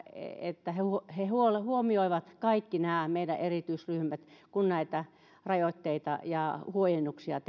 että he he huomioivat kaikki nämä meidän erityisryhmät kun rajoitteita ja huojennuksia